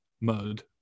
mode